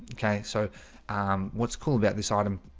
ok, so what's cool about this item